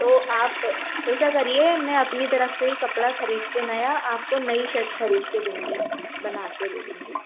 तो आप ऐसा करिए मैं अपनी तरफ़ से ही कपड़ा खरीद के नया आपको नई शर्ट खरीद के दूंगी बनाके दे दूंगी